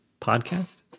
Podcast